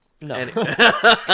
no